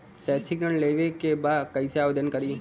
शैक्षिक ऋण लेवे के बा कईसे आवेदन करी?